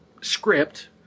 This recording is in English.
script